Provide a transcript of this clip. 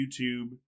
YouTube